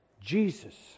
Jesus